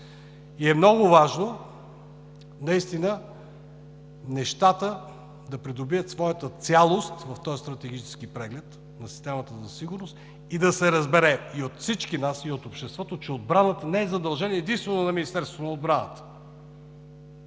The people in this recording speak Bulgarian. щаб. Много е важно наистина нещата да придобият своята цялост в този стратегически преглед на системата за сигурност и да се разбере и от всички нас, и от обществото, че отбраната не е задължение единствено на Министерството на отбраната,